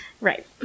Right